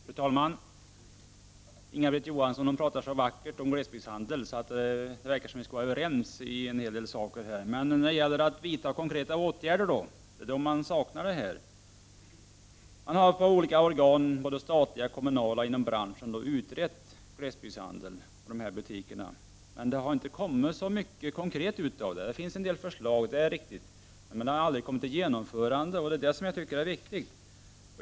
Fru talman! Inga-Britt Johansson talade så vackert om glesbygdshandeln att det verkar som om vi skulle vara överens om en hel del saker, men konkreta åtgärder saknas. Man har inom olika organ, statliga, kommunala och inom branschen, utrett glesbygdshandeln och dess butiker. Men det har inte kommit så mycket konkret av det. Det finns en del förslag, det är riktigt, men de har aldrig kommit att genomföras. Det är genomförandet som jag tycker är det viktiga.